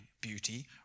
beauty